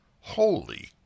Holy